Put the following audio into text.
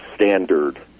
standard